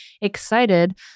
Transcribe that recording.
excited